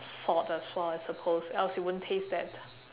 salt as well I suppose else it won't taste that